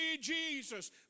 Jesus